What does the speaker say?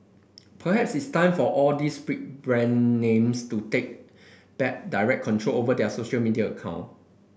perhaps it's time for all these big brand names to take back direct control over their social media account